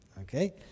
Okay